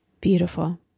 Beautiful